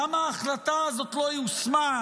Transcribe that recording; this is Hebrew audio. למה ההחלטה הזאת לא יושמה,